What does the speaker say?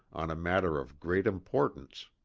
on a matter of great importance.